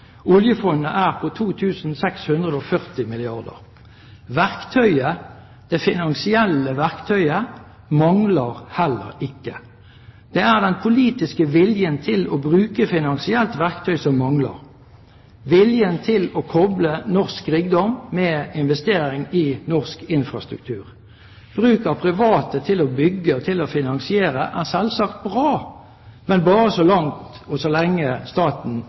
Oljefondet er på 2 640 milliarder kr. Verktøyet – det finansielle verktøyet – mangler heller ikke. Det er den politiske viljen til å bruke finansielt verktøy som mangler – viljen til å koble norsk rikdom med investering i norsk infrastruktur. Bruk av private til å bygge og til å finansiere er selvsagt bra, men bare så